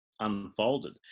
unfolded